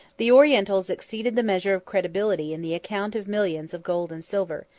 the orientals exceed the measure of credibility in the account of millions of gold and silver,